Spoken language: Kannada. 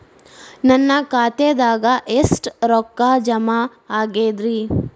ನನ್ನ ಖಾತೆದಾಗ ಎಷ್ಟ ರೊಕ್ಕಾ ಜಮಾ ಆಗೇದ್ರಿ?